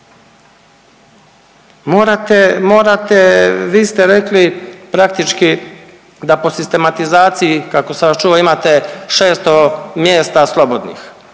morate, vi ste rekli praktički da po sistematizaciji kako sam vas čuo imate 600 mjesta slobodnih.